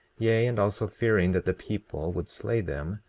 yea, and also fearing that the people would slay them,